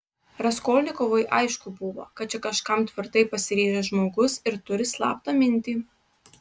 raskolnikovui aišku buvo kad čia kažkam tvirtai pasiryžęs žmogus ir turi slaptą mintį